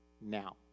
now